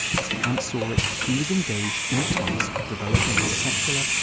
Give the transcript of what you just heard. as kant saw it, he was engaged in the task of developing a secular,